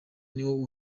niwo